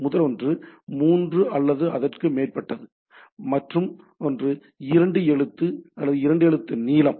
முதல் ஒன்று மூன்று அல்லது அதற்கு மேற்பட்டது மற்றும் ஒன்று இரண்டு எழுத்து இரண்டு எழுத்து நீளம்